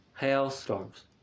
Hailstorms